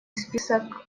список